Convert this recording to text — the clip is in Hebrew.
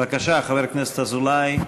בבקשה, חבר הכנסת אזולאי.